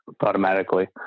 automatically